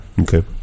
okay